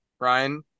Ryan